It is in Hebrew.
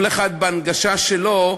כל אחד בהנגשה שלו,